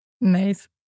Nice